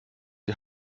die